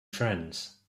friends